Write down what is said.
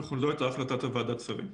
נכון, לא הייתה החלטת ועדת השרים.